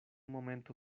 momento